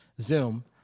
Zoom